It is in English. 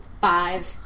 Five